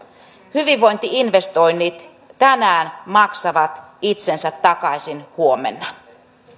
hyvinvointi investoinnit tänään maksavat itsensä takaisin huomenna